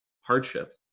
hardship